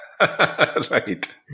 right